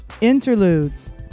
Interludes